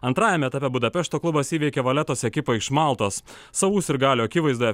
antrajam etape budapešto klubas įveikė valetos ekipą iš maltos savų sirgalių akivaizdoje